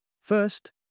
First